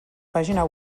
pàgina